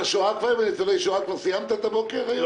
למעלה מ-80% מתקציב הכנסת בנוי משכר וגימלאות.